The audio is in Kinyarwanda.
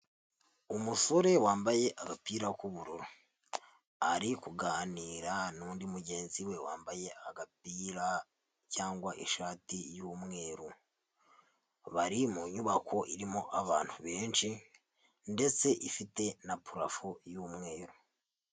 Umusore wambaye agapira k'ubururu, ari kuganira n'undi mugenzi we wambaye agapira cyangwa ishati y'umweru, bari mu inyubako irimo abantu benshi ndetse ifite na parafo y'umweru.